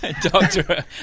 Doctor